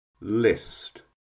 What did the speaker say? list